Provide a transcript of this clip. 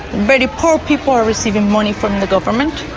very poor people are receiving money from the government.